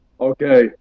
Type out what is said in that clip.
okay